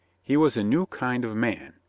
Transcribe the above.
he was a new kind of man.